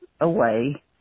away